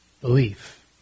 belief